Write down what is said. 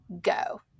go